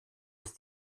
ist